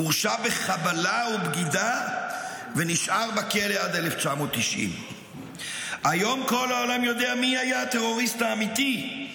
הורשע בחבלה ובגידה ונשאר בכלא עד 1990. היום כל העולם יודע מי היה הטרוריסט האמיתי,